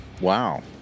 Wow